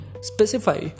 Specify